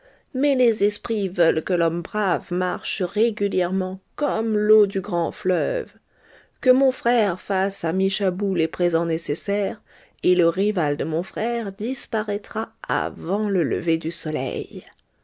mais les esprits veulent que l'homme brave marche régulièrement comme l'eau du grand fleuve que mon frère fasse à michabou les présents nécessaires et le rival de mon frère disparaîtra avant le lever du soleil